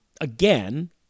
Again